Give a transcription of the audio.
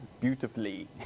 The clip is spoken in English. beautifully